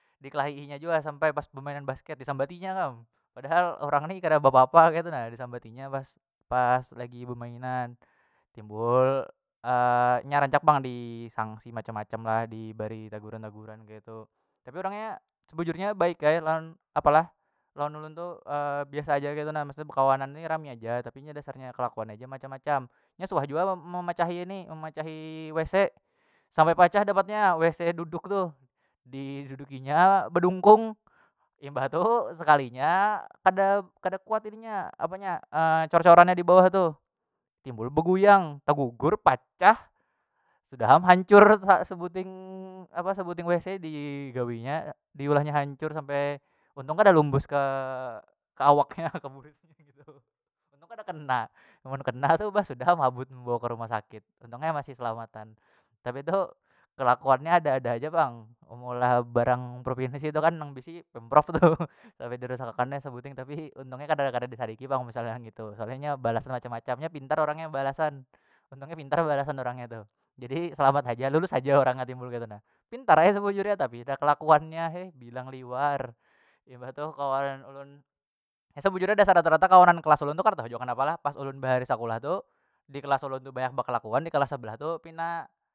Dikelahi'i nya jua sampai pas bemainan basket disambatinya kam padahal orang ni kada beapa- apa ketu na disambati nya pas- pas lagi bemainan timbul nya rancak pang di sangsi macam- macam lah dibari taguran- taguran keitu. Tapi orangnya sebujurnya baik ai lawan apalah lawan ulun tu biasa haja ketu na mesti bekawanan ni rami aja tapi nya dasar nya kelakuannya ja macam- macam nya suah jua lo memacahi ini memacahi wc sampai pacah dapatnya wc duduk tuh didudukinya bedungkung imbah tu sekalinya kada- kada kuat ininya apanya cor- corannya dibawah tu timbul beguyang tegugur pacah sudah am hancur ha sebuting apa sebuting wc digawinya diulahya hancur sampai untung kada lumbus ke awaknya ke burit nya ngitu untung kada kena mun kena tu bah sudah am habut membawa ke rumah sakit untung nya masih selamatan, tapi tu kelakuannya ada- ada haja pang meulah barang provinsi tu kan nang bisi pemprov tuh sampai dirusak akan nya sebuting tapi untung nya kada- kada disariki pang misalnya ngitu soalnya bealasan macam- macam nya pintar orang nya bealasan untung nya pintar bealasan orang nya tu jadi selamat haja lulus haja orang nya timbul ketu nah pintar ai sebujur nya tapi te kelakuannya heh bilang liwar imbah tu kawanan ulun sebujurnya dasar rata- rata kawanan kelas ulun tuh kada tahu jua kenapa lah pas ulun bahari sekulah tuh dikelas ulun tu banyak bekelakuan dikelas sebelah tu pina.